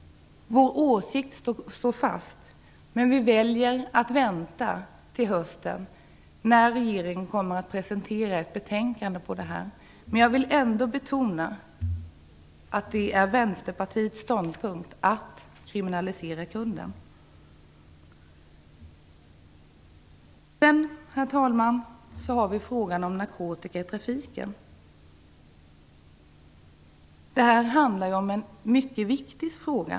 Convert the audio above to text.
Vår åsikt står fast, men vi väljer att vänta till hösten när regeringen kommer att presentera ett betänkande om detta. Men jag vill ändå betona att det är Herr talman! Så till frågan om narkotika i trafiken. Det är en mycket viktig fråga.